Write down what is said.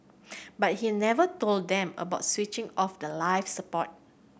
but he never told them about switching off the life support